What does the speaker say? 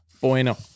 bueno